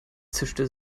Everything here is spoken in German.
zischte